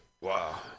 Wow